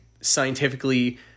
scientifically